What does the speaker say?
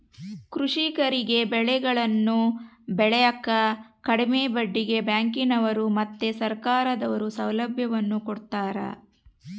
ಕೃಷಿಕರಿಗೆ ಬೆಳೆಗಳನ್ನು ಬೆಳೆಕ ಕಡಿಮೆ ಬಡ್ಡಿಗೆ ಬ್ಯಾಂಕಿನವರು ಮತ್ತೆ ಸರ್ಕಾರದವರು ಸೌಲಭ್ಯವನ್ನು ಕೊಡ್ತಾರ